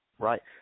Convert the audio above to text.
Right